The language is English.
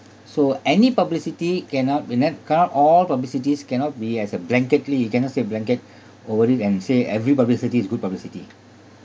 so any publicity cannot when I count all publicities cannot be as a blanketly you cannot say blanket over it and say every publicity is good publicity